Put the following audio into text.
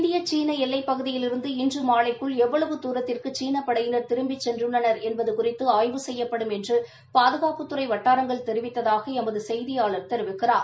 இந்திய சீன எல்லப்பகுதியிலிருந்து இன்று மாலைக்குள் எவ்வளவு துத்திற்கு சீன படையினா திரும்பி சென்றுள்ளனர் என்பது குறித்து ஆய்வு செய்யப்படும் என்று பாதுகாப்புத்துறை வட்டாரங்கள் தெரிவித்ததாக எமது செய்தியாளர் தெரிவிக்கிறார்